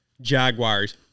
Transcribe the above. Jaguars